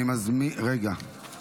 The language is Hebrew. אני מזמין את